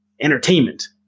entertainment